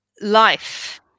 Life